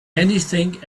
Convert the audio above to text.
anything